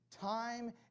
time